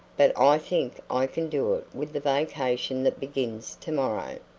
but i think i can do it with the vacation that begins to-morrow.